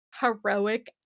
heroic